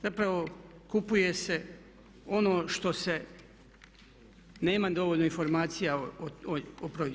Zapravo kupuje se ono što se nema dovoljno informacija o proizvodu.